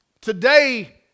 today